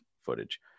footage